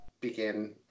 begin